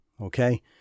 Okay